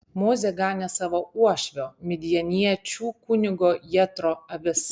mozė ganė savo uošvio midjaniečių kunigo jetro avis